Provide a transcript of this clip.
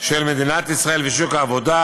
של מדינת ישראל ושוק העבודה,